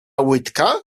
łydka